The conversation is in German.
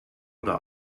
oder